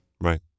Right